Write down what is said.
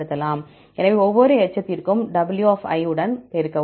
எனவே ஒவ்வொரு எச்சத்திற்கும் w எடையுடன் பெருக்கவும்